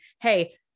Hey